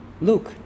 look